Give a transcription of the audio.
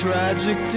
Tragic